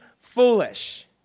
foolish